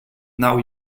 now